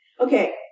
okay